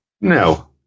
No